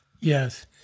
Yes